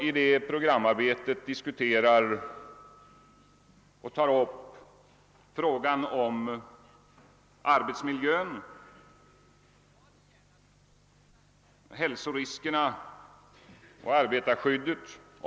I programmet tar vi också upp frågan om arbetsmiljön, hälsoriskerna och arbetarskyddet.